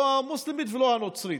לא המוסלמית ולא הנוצרית.